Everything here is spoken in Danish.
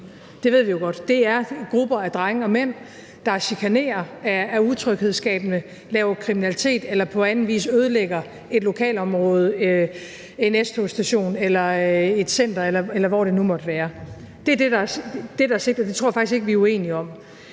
Det ved vi jo godt. Det er grupper af drenge og mænd, der chikanerer, er utryghedsskabende, laver kriminalitet eller på anden vis ødelægger et lokalområde, en S-togsstation, et center, eller hvad det nu måtte være. Det er det, der er sigtet, og det tror jeg sådan set ikke vi er uenige om.